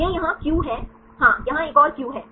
यह यहाँ क्यू है हाँ यहाँ एक और क्यू है